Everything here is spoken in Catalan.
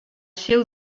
seu